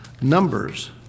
Numbers